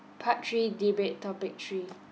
part three debate topic three